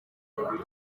y’ukwezi